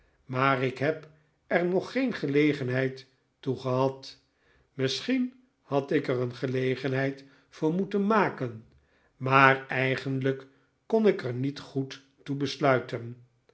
maar ik heb er nog geen gelegenheid toe gehad misschien had ik er een gelegenheid voor moeten maken maar eigenlijk kon ik er niet goed toe besluiten